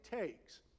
takes